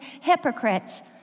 hypocrites